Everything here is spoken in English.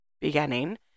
beginning